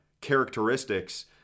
characteristics